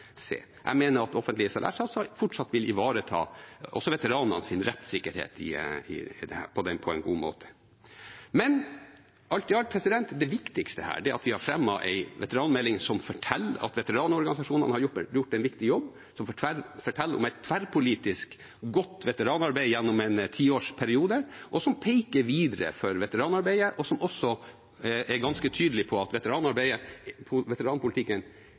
Jeg mener at offentlige salærsatser fortsatt vil ivareta også veteranenes rettssikkerhet på en god måte. Alt i alt er det viktigste at vi har fremmet en veteranmelding som forteller at veteranorganisasjonene har gjort en viktig jobb, som forteller om et tverrpolitisk godt veteranarbeid gjennom en periode på ti år, som peker videre for veteranarbeidet, og som er ganske tydelig på at veteranarbeidet og veteranpolitikken